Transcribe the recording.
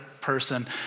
person